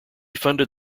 funded